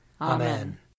Amen